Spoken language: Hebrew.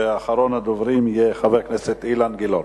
ואחרון הדוברים יהיה חבר הכנסת אילן גילאון.